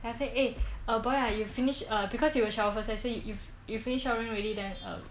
then I said eh uh boy ah you finish because you will shower first I say if you finished showering already then um